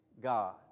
God